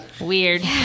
weird